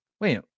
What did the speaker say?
wait